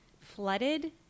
flooded